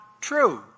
true